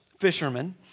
fishermen